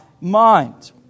mind